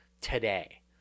today